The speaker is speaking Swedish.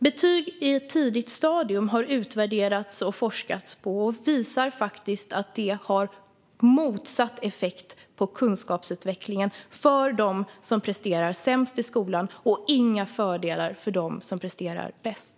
Betyg på ett tidigt stadium har utvärderats och forskats på, och forskningen visar att det har motsatt effekt på kunskapsutvecklingen för dem som presterar sämst i skolan och inga fördelar för dem som presterar bäst.